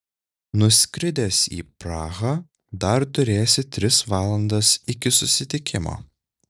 nuskridęs į prahą dar turėsi tris valandas iki susitikimo